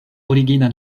origina